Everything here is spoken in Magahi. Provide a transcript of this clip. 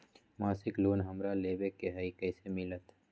मासिक लोन हमरा लेवे के हई कैसे मिलत?